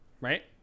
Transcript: Right